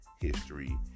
history